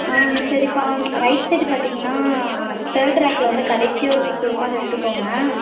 ஆ சரிப்பா right side பார்த்திங்கன்னா third ரேக்கில் வந்து கடைசியாக ஒரு புக்கு இருக்கும் அதை எடுத்துக்கோங்க